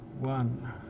One